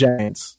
Giants